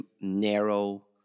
narrow